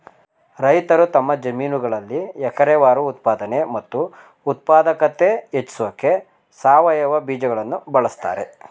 ರೈತರು ತಮ್ಮ ಜಮೀನುಗಳಲ್ಲಿ ಎಕರೆವಾರು ಉತ್ಪಾದನೆ ಮತ್ತು ಉತ್ಪಾದಕತೆ ಹೆಚ್ಸೋಕೆ ಸಾವಯವ ಬೀಜಗಳನ್ನು ಬಳಸ್ತಾರೆ